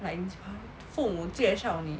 like this path 父母介绍你